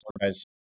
guys